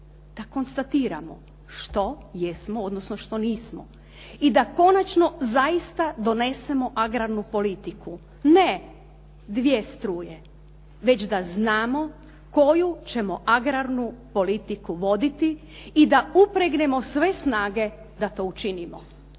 Da konstatiramo što jesmo, odnosno što nismo. I da konačno zaista donesemo agrarnu politiku. Ne dvije struje, već da znamo koju ćemo agrarnu politiku voditi i da upregnemo sve snage da to učinimo.